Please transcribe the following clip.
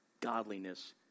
godliness